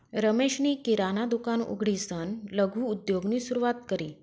रमेशनी किराणा दुकान उघडीसन लघु उद्योगनी सुरुवात करी